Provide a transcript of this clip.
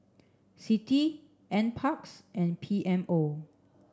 CITI NPARKS and P M O